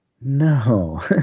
No